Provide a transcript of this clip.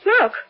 look